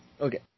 Okay